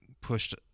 pushed